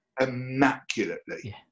immaculately